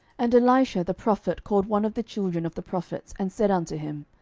and elisha the prophet called one of the children of the prophets, and said unto him,